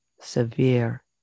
severe